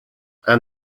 and